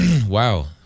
Wow